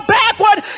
backward